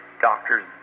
doctors